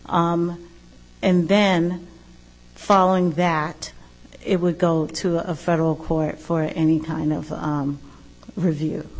and then following that it would go to a federal court for any kind of review